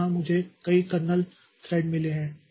तो यहाँ मुझे कई कर्नेल थ्रेड मिले हैं